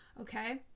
Okay